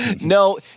No